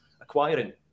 acquiring